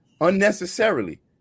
Unnecessarily